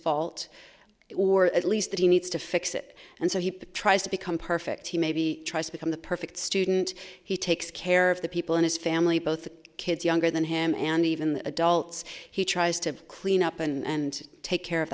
fault or at least that he needs to fix it and so he tries to become perfect he maybe tries to become the perfect student he takes care of the people in his family both kids younger than him and even the adults he tries to clean up and take care of